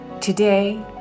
Today